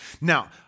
Now